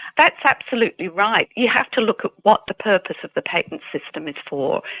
that's absolutely right, you have to look at what the purpose of the patent system is for.